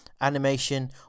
animation